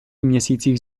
měsících